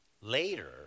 Later